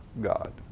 God